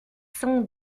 sont